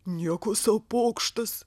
nieko sau pokštas